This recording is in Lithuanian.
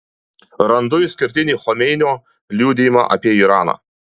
randu išskirtinį chomeinio liudijimą apie iraną